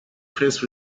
face